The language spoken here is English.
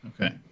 Okay